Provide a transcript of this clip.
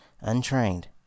untrained